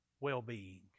well-being